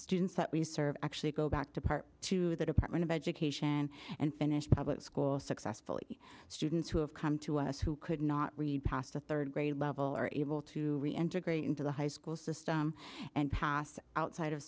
students that we serve actually go back to part to the department of education and finish public school successfully students who have come to us who could not read past the third grade level are able to reintegrate into the high school system and pass outside of